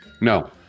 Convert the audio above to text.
No